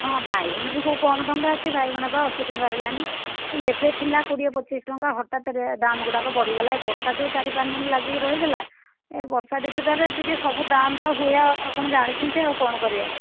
ହଁ ବାଇଗଣ ବି କେଉଁ କମ୍ ଟଙ୍କା ଅଛି ବାଇଗଣ ପରା ଅଶୀ ଟଙ୍କା ହେଲାଣି ଏ ଏବେ ଥିଲା କୋଡ଼ିଏ ପଚିଶ ଟଙ୍କା ହଠାତ୍ ରେ ଦାମ୍ ଗୁଡ଼ାକ ବଢ଼ିଗଲା ବର୍ଷା ଯେଉଁ ଚାରି ପାଞ୍ଚ ଦିନ ଲାଗିକି ରହିଗଲା ଏ ବର୍ଷା ଋତୁଟାରେ ଟିକିଏ ସବୁ ଦାମ୍ ତ ହୁଏ ଆଉ ଆପଣ ଜାଣିଛନ୍ତି ଆଉ କ'ଣ କରିବା